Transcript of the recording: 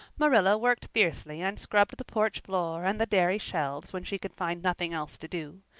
marilla worked fiercely and scrubbed the porch floor and the dairy shelves when she could find nothing else to do.